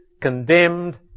condemned